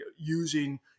using